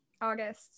August